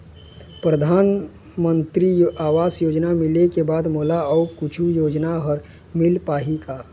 परधानमंतरी आवास योजना मिले के बाद मोला अऊ कुछू योजना हर मिल पाही का?